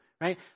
right